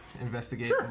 Investigate